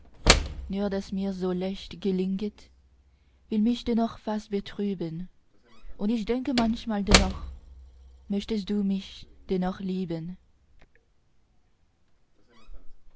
nur daß mirs so leicht gelinget will mich dennoch fast betrüben und ich denke manchmal dennoch möchtest du mich dennoch lieben